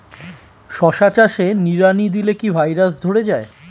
শশা চাষে নিড়ানি দিলে কি ভাইরাস ধরে যায়?